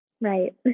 Right